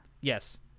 Yes